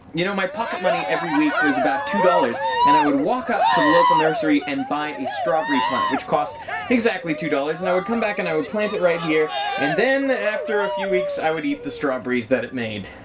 you know, my pocket money every week was about two dollars and i would walk up to the local nursery and buy a strawberry plant which costs exactly two dollars and i would come back and i would plant it right here and then after a few weeks i would eat the strawberries that it made.